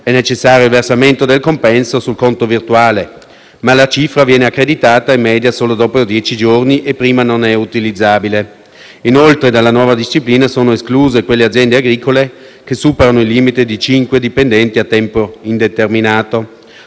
è necessario il versamento del compenso sul conto virtuale, ma la cifra viene accreditata in media solo dopo dieci giorni e prima non è utilizzabile. Inoltre, dalla nuova disciplina sono escluse quelle aziende agricole che superano il limite di cinque dipendenti a tempo indeterminato;